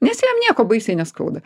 nes jam nieko baisiai neskauda